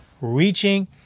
reaching